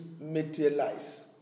materialize